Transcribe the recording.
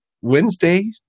Wednesday